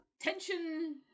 Tension